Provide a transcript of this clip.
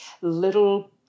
little